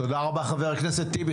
תודה רבה חבר הכנסת טיבי.